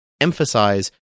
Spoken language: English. emphasize